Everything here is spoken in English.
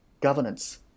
governance